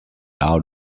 out